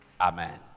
Amen